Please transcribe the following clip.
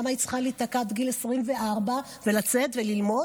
למה היא צריכה להיתקע עד גיל 24 ולצאת וללמוד,